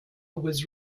was